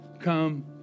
Come